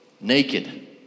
naked